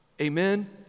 Amen